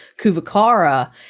Kuvakara